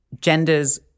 genders